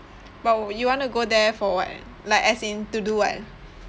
but you want to go there for what like as in to do what